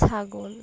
ছাগল